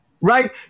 Right